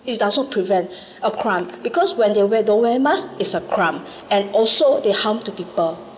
it does not prevent of crime because when they wear don't wear mask is a crime and also they harm to people